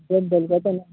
बिहान बेलुका चाहिँ